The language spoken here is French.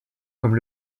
comme